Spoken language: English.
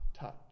touch